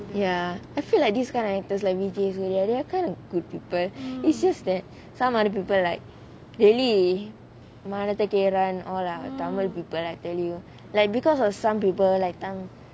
ya I feel like this kind of actors like vijay surya they're kind of good people it's just that some other people like really மலத்த கீரை:malatha keerai tamil people I tell you like because of some people like tongue